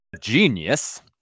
genius